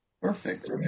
Perfect